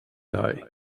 day